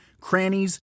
crannies